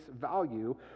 value